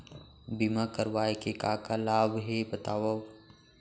बीमा करवाय के का का लाभ हे बतावव?